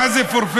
מה זה פורפרה?